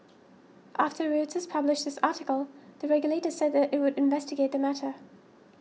after Reuters published this article the regulator said that it would investigate the matter